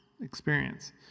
experience